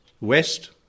West